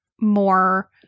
more